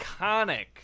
iconic